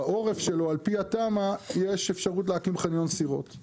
בעורף שלו על פי התמ"א יש אפשרות להקים חניון סירות,